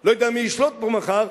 לא יודע מי ישלוט פה מחר,